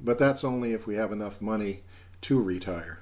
but that's only if we have enough money to retire